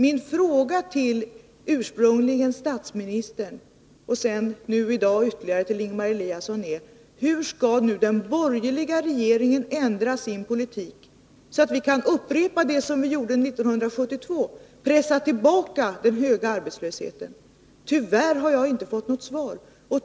Min fråga, ursprungligen till statsministern och i dag till Ingemar Eliasson, är: Hur skall den borgerliga regeringen nu ändra sin politik, så att man kan upprepa det som vi gjorde 1972, dvs. pressa tillbaka den höga arbetslösheten? Tyvärr har jag inte fått något svar.